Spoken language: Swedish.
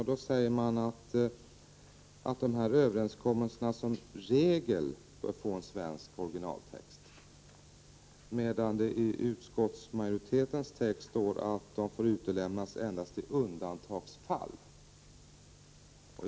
I den säger man att dessa överenskommelser som regel bör få en svensk originaltext. I utskottsmajoritetens skrivning står däremot att dessa överenskommelser får utelämnas endast i undantagsfall.